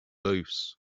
loose